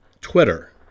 Twitter